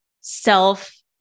self